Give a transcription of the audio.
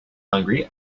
hungry